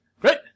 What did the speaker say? Great